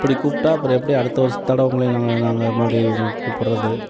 இப்படி கூப்பிட்டா அப்புறம் எப்படி அடுத்த வர்ஸ தடவை உங்களை நாங்கள் நாங்கள் மறுபடியும் கூப்பிட்றது